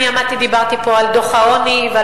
אני עמדתי ודיברתי פה על דוח העוני ועל